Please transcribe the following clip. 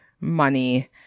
money